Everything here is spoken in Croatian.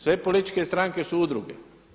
Sve političke stranke su udruge.